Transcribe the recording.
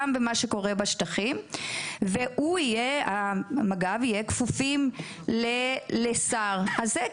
גם במה שקורה בשטחים ומג"ב יהיו כפופים לשר הזה.